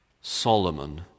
Solomon